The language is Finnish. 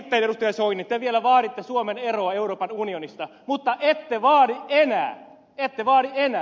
soini te vielä vaaditte suomen eroa euroopan unionista mutta ette vaadi enää ette vaadi enää